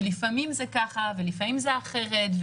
שלפעמים זה ככה ולפעמים זה אחרת,